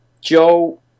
Joe